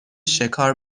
شکار